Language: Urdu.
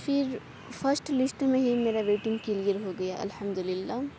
پھر فسٹ لسٹ میں ہی میرا ویٹنگ کلیئر ہو گیا الحمد اللہ